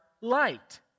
light